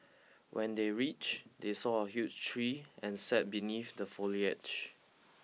when they reached they saw a huge tree and sat beneath the foliage